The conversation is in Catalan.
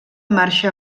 marxa